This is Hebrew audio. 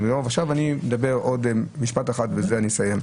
עוד משפט אחד שאני רוצה להוסיף ובזה אני אסיים.